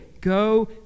Go